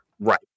Right